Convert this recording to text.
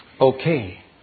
okay